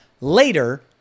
Later